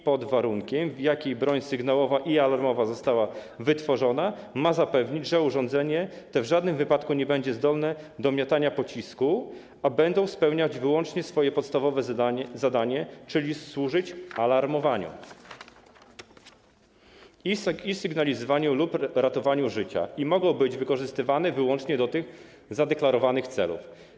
Sposób, w jakiej broń sygnałowa i alarmowa została wytworzona, ma zapewnić, że urządzenia te w żadnym wypadku nie będą zdolne do miotania pocisku, a będą spełniać wyłącznie swoje podstawowe zadanie, czyli służyć alarmowaniu, sygnalizowaniu lub ratowaniu życia, i mogą być wykorzystywane wyłącznie do tych zadeklarowanych celów.